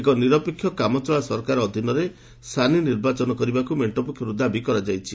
ଏକ ନିରପେକ୍ଷ କାମଚଳା ସରକାର ଅଧୀନରେ ସାନି ନିର୍ବାଚନ କରିବାକୁ ମେଣ୍ଟ ପକ୍ଷରୁ ଦାବି କରାଯାଇଛି